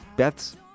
Beth's